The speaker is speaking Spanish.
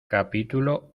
capítulo